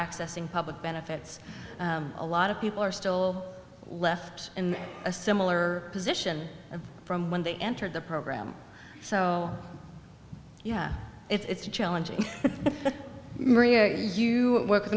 accessing public benefits a lot of people are still left in a similar position from when they entered the program so it's a challenging maria you work with